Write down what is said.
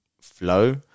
Flow